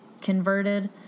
converted